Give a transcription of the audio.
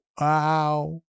Wow